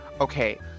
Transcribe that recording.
Okay